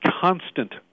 constant